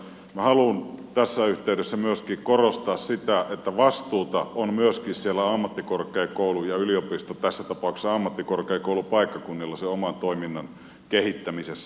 minä haluan tässä yhteydessä myöskin korostaa sitä että vastuuta on myöskin siellä ammattikorkeakoulu ja yliopisto tässä tapauksessa ammattikorkeakoulupaikkakunnilla sen oman toiminnan kehittämisessä